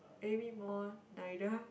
maybe more neither